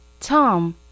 tom